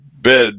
Bed